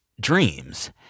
Dreams